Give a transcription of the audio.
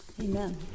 Amen